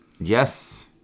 Yes